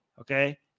okay